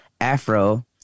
Afro